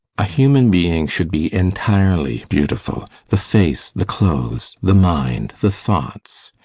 a human being should be entirely beautiful the face, the clothes, the mind, the thoughts.